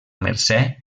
mercè